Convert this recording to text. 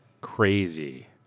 crazy